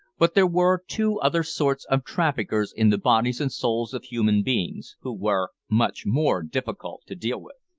but there were two other sorts of traffickers in the bodies and souls of human beings, who were much more difficult to deal with.